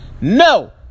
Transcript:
No